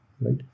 right